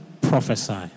prophesy